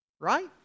Right